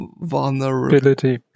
vulnerability